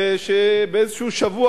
ושבאיזה שבוע,